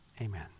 Amen